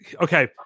Okay